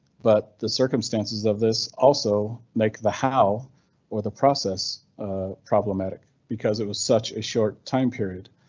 but the circumstances of this also make the how or the process problematic, because it was such a short time period.